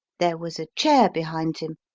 there was a chair behind him,